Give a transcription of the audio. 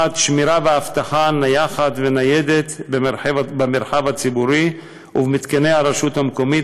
1. שמירה ואבטחה נייחת וניידת במרחב הציבורי ובמתקני הרשות המקומית,